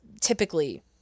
typically